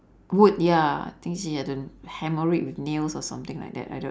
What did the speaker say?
wood ya I think she had to hammer it with nails or something like that I don't